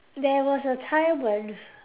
there was a time when